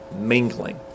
Mingling